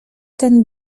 ten